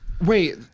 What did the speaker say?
Wait